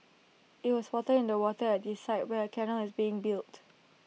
IT was spotted in the water at the site where A canal is being built